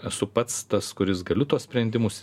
esu pats tas kuris galiu tuos sprendimus